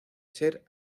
ser